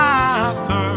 Master